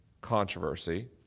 controversy